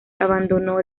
abandonó